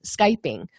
Skyping